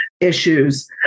issues